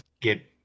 get